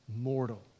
mortal